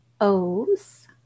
O's